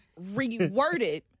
reworded